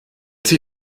sie